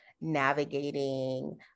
navigating